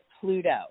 Pluto